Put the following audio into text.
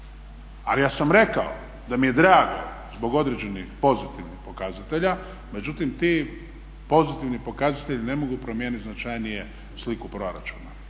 Ali ja sam rekao da mi je drago zbog određenih pozitivnih pokazatelja, međutim ti pozitivni pokazatelji ne mogu promijeniti značajnije sliku proračuna.